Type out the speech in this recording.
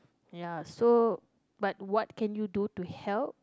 ya so but what can you do to help